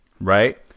right